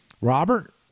Robert